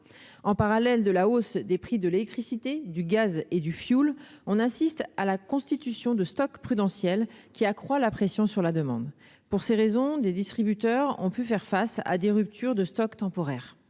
en parallèle de la hausse des prix de l'électricité, du gaz et du fioul, on assiste à la constitution de stocks prudentielles qui accroît la pression sur la demande pour ces raisons des distributeurs ont pu faire face à des ruptures de stock temporaire